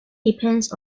depends